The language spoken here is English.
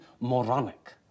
moronic